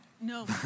No